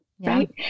right